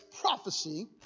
prophecy